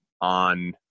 on